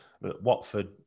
Watford